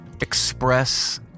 express